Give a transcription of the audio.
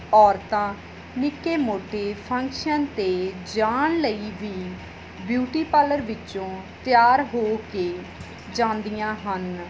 ਔਰਤਾਂ ਨਿੱਕੇ ਮੋਟੇ ਫੰਕਸ਼ਨ 'ਤੇ ਜਾਣ ਲਈ ਵੀ ਬਿਊਟੀ ਪਾਰਲਰ ਵਿੱਚੋਂ ਤਿਆਰ ਹੋ ਕੇ ਜਾਂਦੀਆਂ ਹਨ